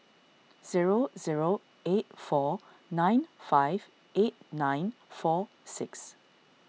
zero zero eight four nine five eight nine four six